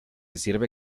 sirve